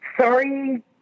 sorry